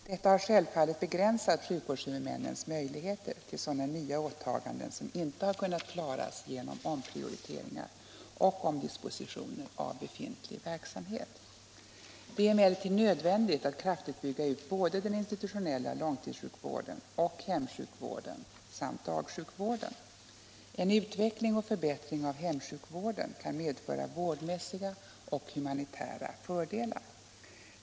Detta har självfallet begränsat sjukvårdshuvudmännens möjligheter till sådana nya åtaganden som inte har kunnat klaras genom omprioriteringar och omdispositioner av befintlig verksamhet. Det är emellertid nödvändigt att kraftigt bygga ut både den institutionella långtidssjukvården och hemsjukvården samt dagsjukvården. En utveckling och förbättring av hemsjukvården kan medföra vårdmässiga och humanitära fördelar.